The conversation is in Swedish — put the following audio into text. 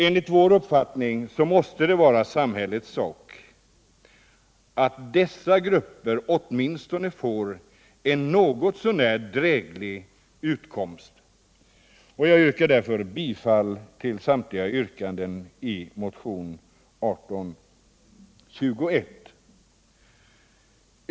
Enligt vår uppfattning måste det vara samhällets sak att dessa grupper åtminstone får en något så när dräglig utkomst. Jag hemställer därför om bifall till samtliga yrkanden i motionen 1821.